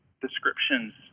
descriptions